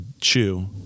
chew